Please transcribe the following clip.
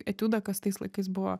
etiudą kas tais laikais buvo